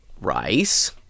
rice